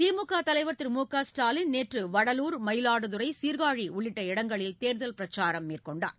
திமுக தலைவர் திரு மு க ஸ்டாலின் நேற்று வடலூர் மயிலாடுதுரை சீர்காழி உள்ளிட்ட இடங்களில் தேர்தல் பிரச்சாரம் மேற்கொண்டார்